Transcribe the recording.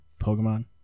Pokemon